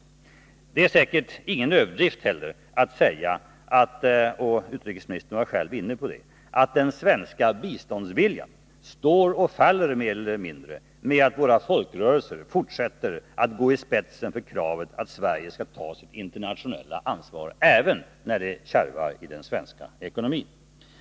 Det är säkert ingen överdrift att säga — och utrikesministern var själv inne på det — att den svenska biståndsviljan står och faller med att våra folkrörelser fortsätter att gå i spetsen för kravet att Sverige skall ta sitt internationella ansvar, även när det kärvar i den svenska ekonomin.